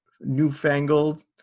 newfangled